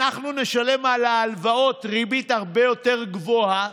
אנחנו נשלם על ההלוואות ריבית הרבה יותר גבוהה,